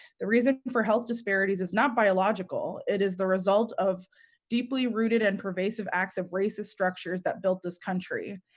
the reason for health disparities is not biological, it is the result of deeply rooted and pervasive acts of racist structures that built this country.